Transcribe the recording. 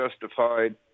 justified